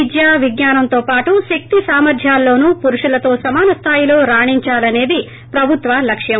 విద్యా విజ్ఞానంతో పాటు శక్తి సామర్ద్యాల్లోనూ పురుషులతో సమానస్దాయిలో రాణించాలనేది ప్రభుత్వ లక్ష్యం